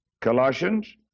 Colossians